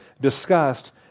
discussed